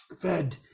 Fed